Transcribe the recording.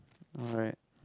alright